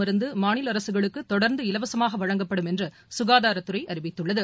மருந்துமாநிலஅரக்களுக்குதொடா்ந்து இலவசமாகவழங்கப்படும் என்றுசுகாதாரத்துறைஅறிவித்துள்ளது